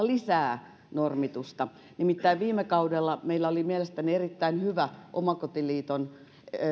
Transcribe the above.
lisää normitusta nimittäin viime kaudella meillä oli mielestäni erittäin hyvä omakotiliiton